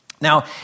Now